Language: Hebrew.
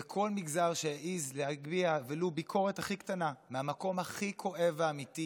וכל מגזר שהעז להביע ולו ביקורת הכי קטנה מהמקום הכי כואב ואמיתי